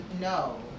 no